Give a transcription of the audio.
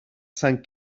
sant